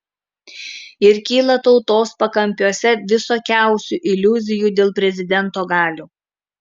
ir kyla tautos pakampiuose visokiausių iliuzijų dėl prezidento galių